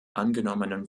angenommenen